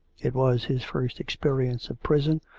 it was his first experience of prison,